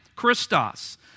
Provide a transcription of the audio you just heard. Christos